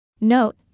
Note